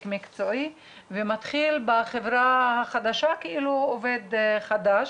מקצועי והוא מתחיל בחברה החדשה כאילו הוא עובד חדש.